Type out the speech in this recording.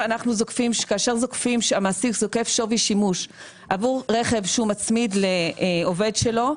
כאשר זוקפים שווי שימוש עבור רכב שהוא מצמיד לעובד שלו,